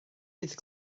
bydd